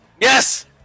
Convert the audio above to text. Yes